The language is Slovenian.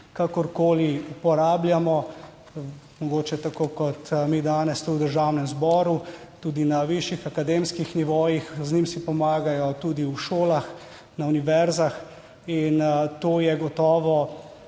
kakorkoli uporabljamo, mogoče tako kot mi danes tu v Državnem zboru, tudi na višjih akademskih nivojih, z njim si pomagajo tudi v šolah, na univerzah. In to je gotovo